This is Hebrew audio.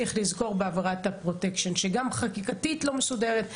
צריך לזכור בעבירת הפרוטקשן שגם חקיקתית לא מסודרת,